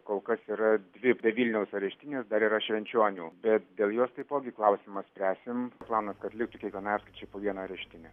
kol kas yra dvi be vilniaus areštinės dar yra švenčionių bet dėl jos taipogi klausimą spręsim planas kad liktų kiekvienai apskričiai po vieną areštinę